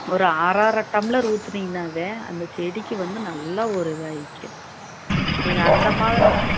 ஒரு அரை அரை டம்ளர் ஊற்றுனீங்கனாவே அந்த செடிக்கு வந்து நல்ல ஒரு இதாகிக்கும் நீங்கள் அந்த மாதிரி வந்து